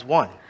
one